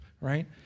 right